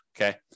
okay